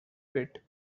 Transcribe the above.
bit